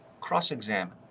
cross-examine